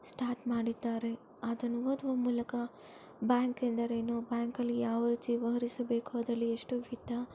start ಮಾಡಿದ್ದಾರೆ ಅದನ್ನು ಓದುವ ಮೂಲಕ ಬ್ಯಾಂಕ್ ಎಂದರೇನು ಬ್ಯಾಂಕಲ್ಲಿ ಯಾವ ರೀತಿ ವಹರಿಸಬೇಕು ಅದರಲ್ಲಿ ಎಷ್ಟು ವಿಧ